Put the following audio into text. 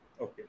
okay